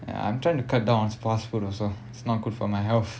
ya I'm trying to cut down on fast food also not good for my health